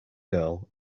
girl